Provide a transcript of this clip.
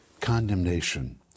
condemnation